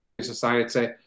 society